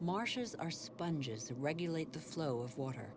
marshes are sponges to regulate the flow of water